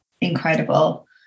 incredible